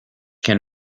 can